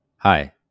Hi